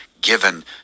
given